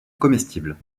comestible